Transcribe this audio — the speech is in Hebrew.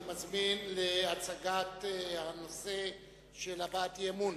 אני מזמין להצגת הנושא של הבעת אי-אמון